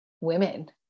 women